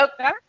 okay